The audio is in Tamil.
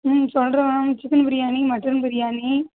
ம் சொல்கிறேன் ma'am chicken biryani mutton biryani